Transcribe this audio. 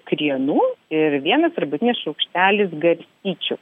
krienų ir vienas arbatinis šaukštelis garstyčių